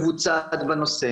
שמבוצעת בנושא.